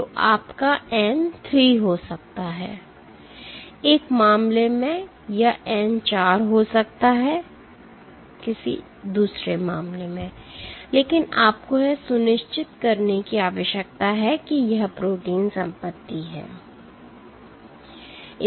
तो आपका n 3 हो सकता है एक मामले में या n 4 हो सकता है एक मामले में लेकिन आपको यह सुनिश्चित करने की आवश्यकता है कि यह प्रोटीन ठीक से पकड़ा है